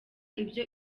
ibyo